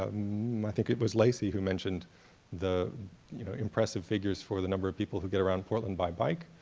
ah i think it was lacey who mentioned the you know impressive figures for the number of people who get around portland by bike,